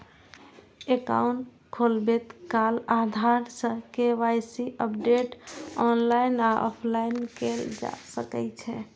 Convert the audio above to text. account खोलबैत काल आधार सं के.वाई.सी अपडेट ऑनलाइन आ ऑफलाइन कैल जा सकै छै